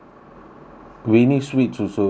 we need sweets also